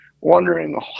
wondering